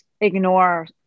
ignore